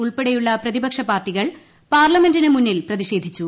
ഉൾപ്പെടെയുള്ള പ്രതിപക്ഷ പാർട്ടികൾ പാർലമെന്റിന് മുന്നിൽ പ്രതിഷേധിച്ചു